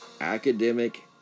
academic